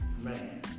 man